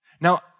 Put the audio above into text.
Now